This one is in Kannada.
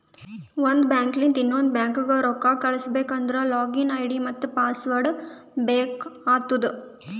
ಒಂದ್ ಬ್ಯಾಂಕ್ಲಿಂದ್ ಇನ್ನೊಂದು ಬ್ಯಾಂಕ್ಗ ರೊಕ್ಕಾ ಕಳುಸ್ಬೇಕ್ ಅಂದ್ರ ಲಾಗಿನ್ ಐ.ಡಿ ಮತ್ತ ಪಾಸ್ವರ್ಡ್ ಬೇಕ್ ಆತ್ತುದ್